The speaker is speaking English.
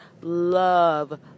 love